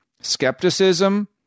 skepticism